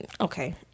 okay